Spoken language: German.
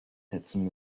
setzen